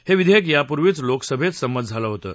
हे विधेयक यापूर्वीच लोकसभेत संमत झालं होतं